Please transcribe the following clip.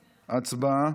הצבעה.